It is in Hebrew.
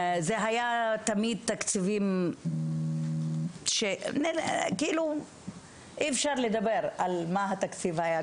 זה היה תמיד תקציבים שאי אפשר לדבר על מה התקציב היה,